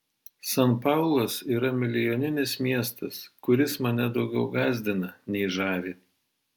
san paulas yra milijoninis miestas kuris mane daugiau gąsdina nei žavi